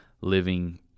living